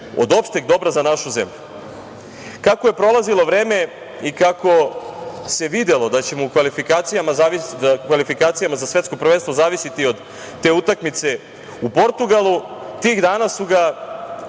od opšteg dobra za našu zemlju. Kako je prolazilo vreme i kako se videlo da ćemo u kvalifikacijama za svetsko prvenstvo zavisiti od te utakmice u Portugalu, tih dana su ga